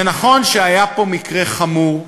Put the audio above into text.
זה נכון שהיה פה מקרה חמור,